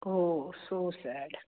oh so sad